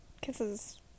kisses